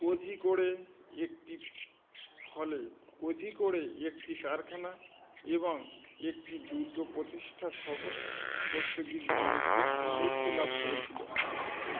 কোঝিকোড়ে একটি ফলে কোঝিকোড়ে একটি কারখানা এবং একটি দুর্গ প্রতিষ্ঠাসহ পর্তুগিজ বাণিজ্য সমৃদ্ধি লাভ করেছিল